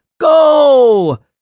Go